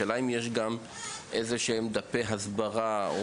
השאלה היא אם יש איזה שהם דפי הסברה או